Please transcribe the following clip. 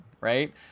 right